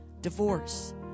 divorce